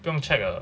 不用 check 的